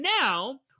now